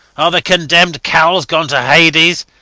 are the condemned cowls gone to hades?